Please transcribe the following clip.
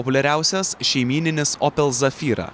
populiariausias šeimyninis opel zafyra